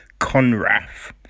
Conrath